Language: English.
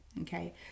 Okay